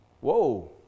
Whoa